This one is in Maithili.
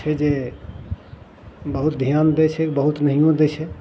छै जे बहुत धिआन दै छै बहुत नहिओ दै छै